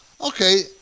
Okay